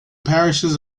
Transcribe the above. parishes